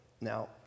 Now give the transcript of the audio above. Now